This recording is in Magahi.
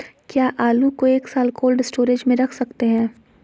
क्या आलू को एक साल कोल्ड स्टोरेज में रख सकते हैं?